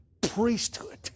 priesthood